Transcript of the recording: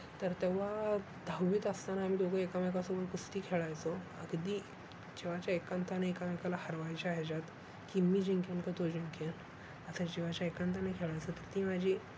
तर तेव्हा दहावीत असताना आम्ही दोघं एकमेकासोबत कुस्ती खेळायचो अगदी जीवाच्या एकांताने एकमेकाला हरवायच्या ह्याच्यात की मी जिंकेन का तो जिंकेल असं जीवाच्या एकांताने खेळायचं तर ती माझी